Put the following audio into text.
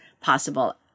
possible